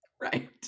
Right